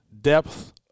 depth